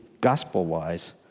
gospel-wise